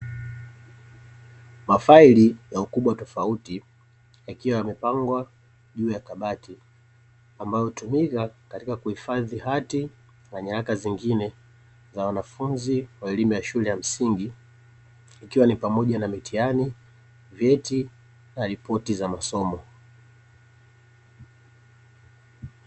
Mafaili ya ukubwa tofauti yakiwa yamepangwa juu ya kabati, ambalo hutumika katika kuhifadhi hati na nyaraka zingine za wanafunzi wa elimu ya shule ya msingi, ikiwa ni pamoja na mitihani, vyeti na ripoti za masomo.